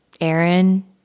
Aaron